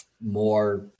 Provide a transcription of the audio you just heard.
more